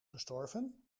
gestorven